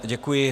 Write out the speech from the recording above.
Děkuji.